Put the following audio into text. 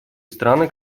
страны